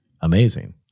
amazing